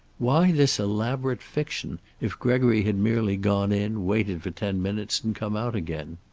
why this elaborate fiction, if gregory had merely gone in, waited for ten minutes, and come out again?